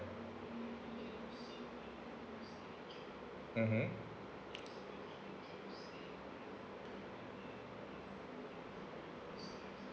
mmhmm